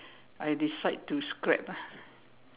I decide to scrap ah